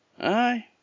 Aye